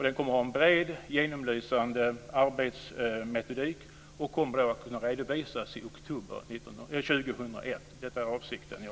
Den kommer att ha en bred och genomlysande arbetsmetodik och kommer att redovisas i oktober 2001. Det är avsikten, ja.